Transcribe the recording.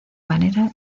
manera